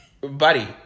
Buddy